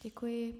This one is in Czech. Děkuji.